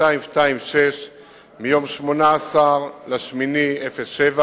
2226 מיום 18 באוגוסט 2007,